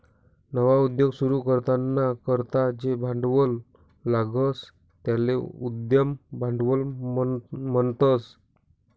नवा उद्योग सुरू कराना करता जे भांडवल लागस त्याले उद्यम भांडवल म्हणतस